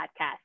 podcast